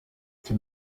icyo